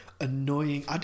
annoying